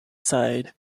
side